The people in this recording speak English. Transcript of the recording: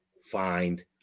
find